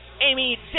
Amy